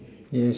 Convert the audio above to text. yes